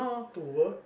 to work